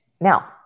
Now